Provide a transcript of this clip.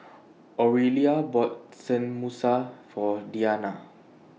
Orelia bought Tenmusu For Deana